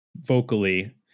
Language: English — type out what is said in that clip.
vocally